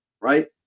right